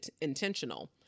intentional